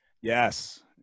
Yes